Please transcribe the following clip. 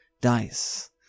dice